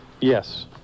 Yes